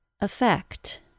effect